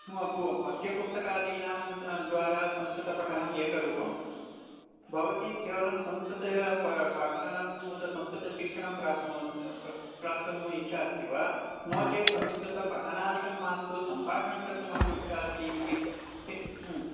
पु पाठ्यपुस्तकादीनां स् द्वारा संस्कृतपठनं एकरूपं भवति केवलं संस्कृतं प पठनं उत संस्कृतशिक्षणं प्राप्नोति त प प्राप्तुम् इच्छा अस्ति वा नो चेत् संस्कृतपठनादिकं मास्तु सम्भाषणं कर्तुम् अहम् इच्छा अस्ति इति चेत्